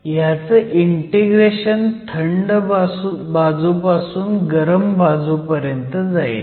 ह्याचं इंटिग्रेशन थंड बाजूपासून गरम बाजूपर्यंत जाईल